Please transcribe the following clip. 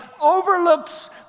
overlooks